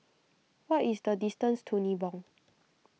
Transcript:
what is the distance to Nibong